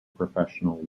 professional